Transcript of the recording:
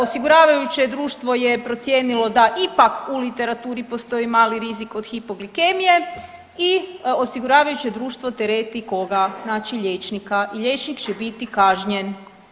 Osiguravajuće društvo je procijenilo da ipak u literaturi postoji mali rizik od hipoglikemije i osiguravajuće društvo tereti koga, znači liječnika i liječnik će biti kažnjen.